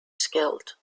skilled